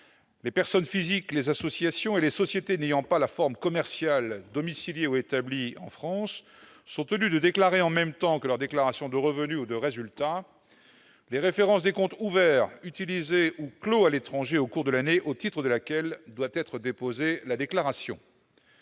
les personnes physiques, les associations et les sociétés n'ayant pas la forme commerciale, domiciliées ou établies en France, sont tenues de déclarer, en même temps que leur déclaration de revenus ou de résultats, les références des comptes ouverts, utilisés ou clos à l'étranger au cours de l'année au titre de laquelle doit être déposée la déclaration.